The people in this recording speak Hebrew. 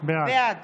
בעד